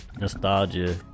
nostalgia